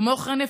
כמו כן,